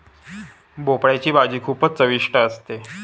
भोपळयाची भाजी खूपच चविष्ट असते